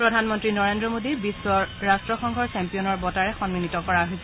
প্ৰধানমন্ত্ৰী নৰেন্দ্ৰ মোডী বিশ্বত ৰাষ্ট্ৰসংঘৰ চেম্পিয়নৰ বঁটাৰে সন্মানিত কৰা হৈছে